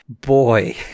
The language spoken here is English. boy